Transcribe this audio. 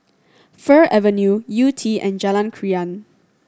Fir Avenue Yew Tee and Jalan Krian